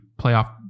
playoff